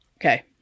Okay